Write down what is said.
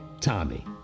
Tommy